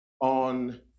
on